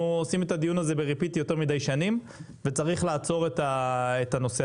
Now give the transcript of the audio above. חוזרים עליו יותר מידי שנים וצריך לעצור את זה.